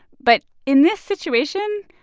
but in this situation,